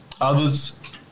others